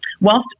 whilst